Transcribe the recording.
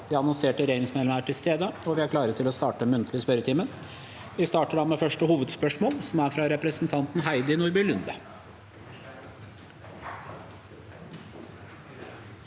De annonserte regjeringsmedlemmene er til stede, og vi er klare til å starte den muntlige spørretimen. Vi starter da med første hovedspørsmål, fra Heidi Nordby Lunde. Heidi Nordby Lunde